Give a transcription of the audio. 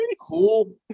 cool